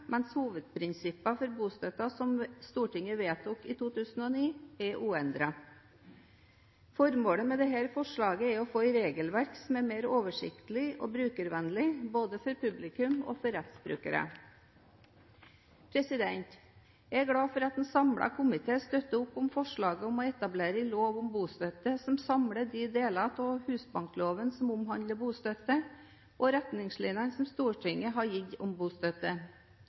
mens hovedprinsippene for bostøtte som Stortinget vedtok i 2009, er uendret. Formålet med dette forslaget er å få et regelverk som er mer oversiktlig og brukervennlig både for publikum og for rettsbrukere. Jeg er glad for at en samlet komité støtter opp om forslaget om å etablere en egen lov om bostøtte som samler de delene av husbankloven som omhandler bostøtte og retningslinjene Stortinget har gitt om bostøtte.